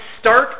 start